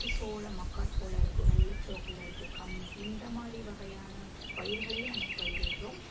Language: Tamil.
ஸோ சோளம் மக்காச்சோளம் இருக்குது வெள்ளச்சோளம் இருக்குது கம்பு இந்தமாதிரி வகையான பயிர்களையும் நம்ம பயிரிடுறோம்